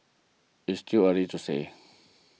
it's still early to say